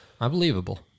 Unbelievable